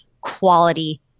quality